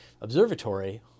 observatory